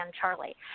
Charlie